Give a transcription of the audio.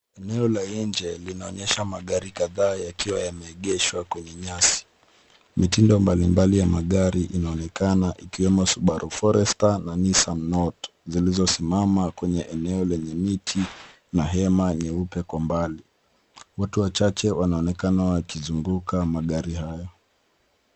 Eneo la nje linaonyesha magari kadhaa yakiwa yameegeshwa kwenye nyasi. Mitindo mbalimbali ya magari inaonekana ikiwemo Subaru Forester na Nissan Note zilizosimama kwenye eneo lenye miti na hema nyeupe kwa mbali. Watu wachache wanaonekana wakizunguka magari hayo.